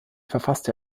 verfasste